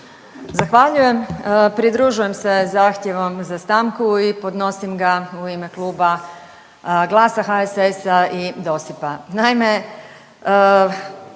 Zahvaljujem. Pridružujem se zahtjevom za stanku i podnosim ga u ime Kluba GLAS-a, HSS-a i DOSIP-a. Naime,